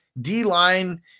D-line